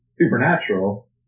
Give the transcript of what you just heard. supernatural